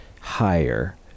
higher